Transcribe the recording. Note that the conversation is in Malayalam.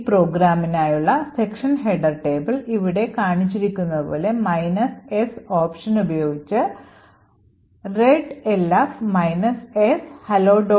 ഈ പ്രോഗ്രാമിനായുള്ള സെക്ഷൻ ഹെഡർ table ഇവിടെ കാണിച്ചിരിക്കുന്നതുപോലെ S ഓപ്ഷൻ ഉപയോഗിച്ച് readelf S hello